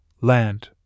land